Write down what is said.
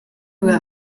grew